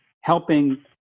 helping